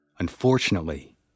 Unfortunately